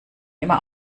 immer